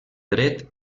dret